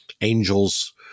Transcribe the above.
angels